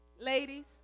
ladies